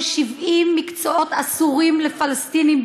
ש-70 מקצועות אסורים בעיסוק לפלסטינים,